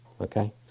okay